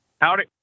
Howdy